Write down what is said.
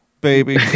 baby